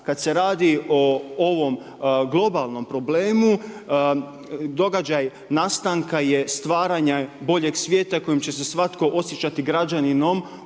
Kada se radi o ovom globalnom problemu, događaj nastanka je stvaranje boljeg svijeta kojem će se svatko osjećati građaninom